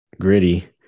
gritty